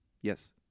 Yes